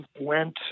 went